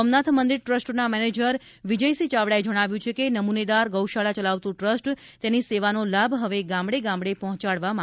સોમનાથ મંદિર ટ્રસ્ટના મેનેજર વિજયસિંહ ચાવડાએ જણાવ્યું છે કે નમુનેદાર ગૌશાળા ચલાવતું ટ્રસ્ટ તેની સેવાનો લાભ હવે ગામડે ગામડે પહોંચાડવા માંગ છે